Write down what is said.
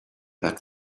that